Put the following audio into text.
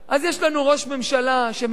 אז יש לנו ראש ממשלה שמדבר,